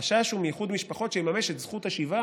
החשש הוא מאיחוד משפחות שיממש את זכות השיבה